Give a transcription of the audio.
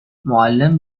معلم